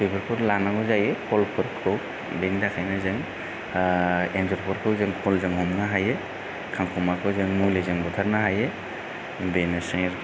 बेफोरखौ लांनांगौ जायो खलफोरखौ बेनि थाखायनो जों एन्जरफोरखौ जों खलजों हमोन हायो खांखमाखौ जों मुलिजों बुथारनो हायो बेनोसै आरोखि